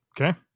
Okay